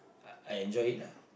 I I enjoy it lah